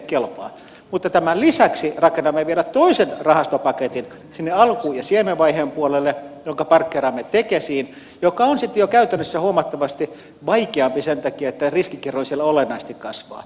mutta tämän lisäksi rakennamme vielä toisen rahastopaketin sinne alku ja siemenvaiheen puolelle jonka parkkeeraamme tekesiin joka on sitten jo käytännössä huomattavasti vaikeampi sen takia että riskikerroin siellä olennaisesti kasvaa